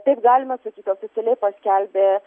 taip galima sakyti oficialiai paskelbė